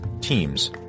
teams